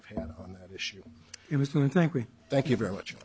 have him on that issue he was going to thank me thank you very much